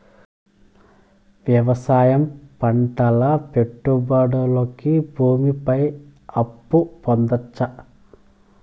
వ్యవసాయం పంటల పెట్టుబడులు కి భూమి పైన అప్పు పొందొచ్చా?